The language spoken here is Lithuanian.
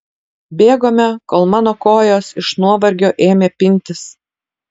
bėgome kol mano kojos iš nuovargio ėmė pintis